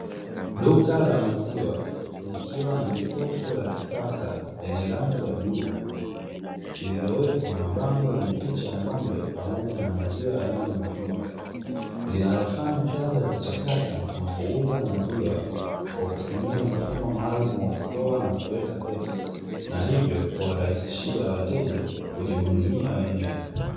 Duka la maziwa likiwa na jokofu la kisasa lenye rangi ya bluu, lililowekwa mabango yenye picha ya ng’ombe pamoja na maziwa yanayomiminika. Linalofanya kazi ya kuchakata na kuuza maziwa, kwa kutumia mfumo maalumu wa kutoa na kuweka pesa na hivyo kuwarahisishia wateja kujihudumia wenyewe.